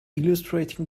illustrating